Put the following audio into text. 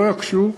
לא יקשו,